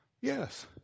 Yes